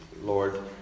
Lord